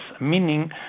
meaning